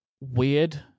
weird